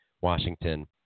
Washington